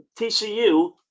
TCU